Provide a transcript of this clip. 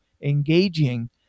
engaging